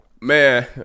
Man